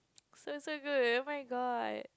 so so good oh-my-god